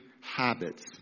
habits